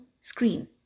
screen